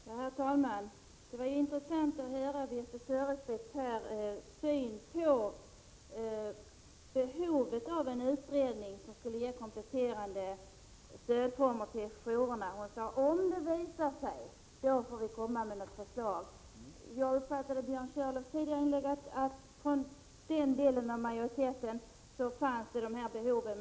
Herr talman! Det var intressant att höra Birthe Sörestedts syn på behovet av en utredning som skulle ge kompletterande stödformer till jourerna. Hon sade att om det visar sig, osv., då får vi komma med förslag. Jag uppfattade Björn Körlofs tidigare inlägg som att man i den delen av majoriteten ansåg att dessa behov fanns.